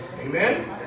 Amen